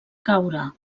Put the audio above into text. caure